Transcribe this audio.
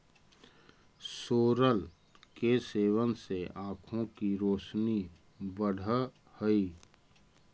सोरल के सेवन से आंखों की रोशनी बढ़अ हई